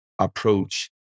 approach